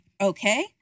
Okay